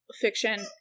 fiction-